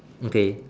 okay